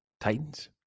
Titans